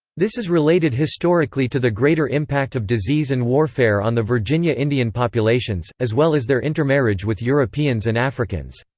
this is related historically to the greater impact of disease and warfare on the virginia indian populations, as well as their intermarriage with europeans and africans.